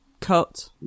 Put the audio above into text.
cut